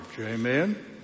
Amen